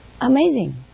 amazing